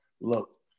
Look